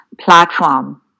platform